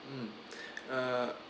um err